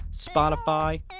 Spotify